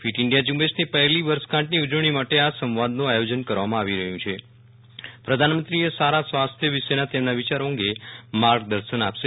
fit India ઝુંબેશની પહેલી વર્ષગાંઠની ઉજવણી માટે આ સંવાદનું આયોજન કરવામાં આવી રહ્યું છે પ્રધાનમંત્રીએ સારા સ્વાસ્થ્ય વિશેના તેમના વિયારો અંગે માર્ગદર્શન આપશે